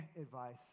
advice